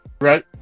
Right